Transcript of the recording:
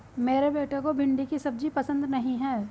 मेरे बेटे को भिंडी की सब्जी पसंद नहीं है